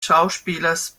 schauspielers